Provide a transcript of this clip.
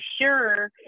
sure